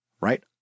Right